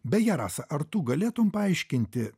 beje rasa ar tu galėtum paaiškinti